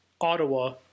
Ottawa